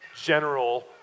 general